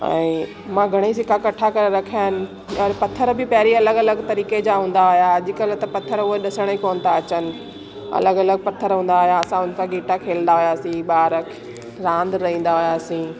ऐं मां घणेई सिका इकट्ठा करे रखिया आहिनि और पथर बि पहिरियों अलॻि अलॻि तरीक़े जा हूंदा हुआ अॼुकल्ह त पथर उहे ॾिसण ई कोनि था अचनि अलॻि अलॻि पथर हूंदा हुया असां उन सां गिटा खेॾंदा हुआसीं ॿार रांधि रहींदा हुआसीं